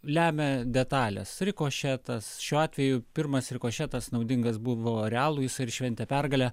lemia detalės rikošetas šiuo atveju pirmas rikošetas naudingas buvo realui jisai ir šventė pergalę